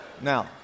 Now